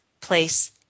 place